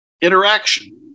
interaction